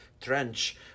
trench